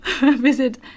visit